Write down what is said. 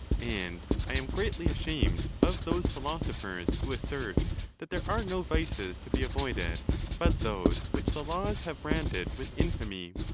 and i am greatly ashamed of those philosophers, who assert that there are no vices to be avoided but those which the laws have branded with infamy.